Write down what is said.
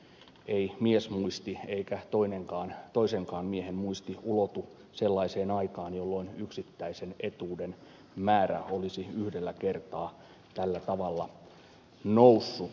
ei miesmuisti eikä toisenkaan miehen muisti ulotu sellaiseen aikaan jolloin yksittäisen etuuden määrä olisi yhdellä kertaa tällä tavalla noussut